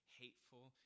hateful